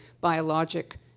biologic